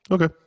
Okay